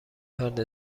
فرد